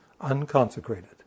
unconsecrated